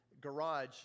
garage